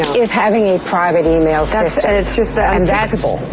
is having a private email system. and that's.